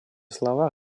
слова